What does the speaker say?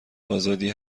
آزادی